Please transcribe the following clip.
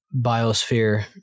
biosphere